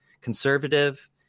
conservative